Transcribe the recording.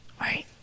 right